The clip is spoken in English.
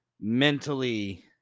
mentally